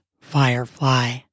firefly